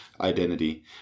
identity